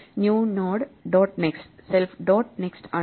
new node dot next self dot next ആണ്